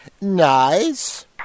Nice